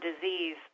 disease